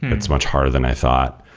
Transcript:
it's much harder than i thought.